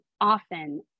often